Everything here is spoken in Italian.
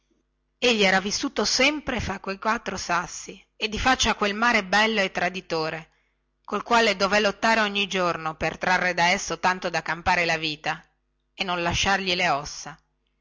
vecchi egli era vissuto sempre fra quei quattro sassi e di faccia a quel mare bello e traditore col quale dovè lottare ogni giorno per trarre da esso tanto da campare la vita e non lasciargli le ossa